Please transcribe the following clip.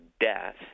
death